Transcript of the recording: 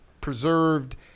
preserved